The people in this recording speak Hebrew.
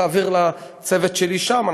תעביר לצוות שלי שם,